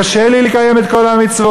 קשה לי לקיים את כל המצוות,